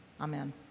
Amen